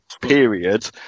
period